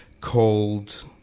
called